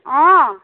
অঁ